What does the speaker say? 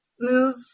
move